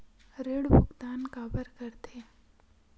ऋण भुक्तान काबर कर थे?